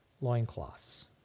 loincloths